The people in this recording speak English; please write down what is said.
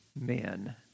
men